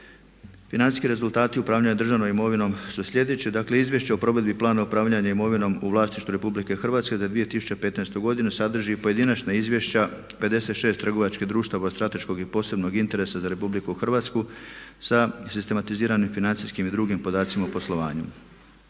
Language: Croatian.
Financijski rezultati upravljanja državnom imovinom su sljedeći: dakle Izvješće o provedbi Plana upravljanja imovinom u vlasništvu Republike Hrvatske za 2015. godinu sadrži pojedinačna izvješća 56 trgovačkih društava od strateškog i posebnog interesa za Republiku Hrvatsku sa sistematiziranim financijskim i drugim podacima u poslovanju.